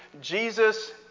Jesus